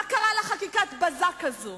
מה קרה לחקיקת בזק הזאת?